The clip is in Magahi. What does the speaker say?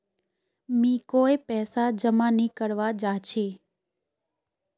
मी कोय पैसा जमा नि करवा चाहची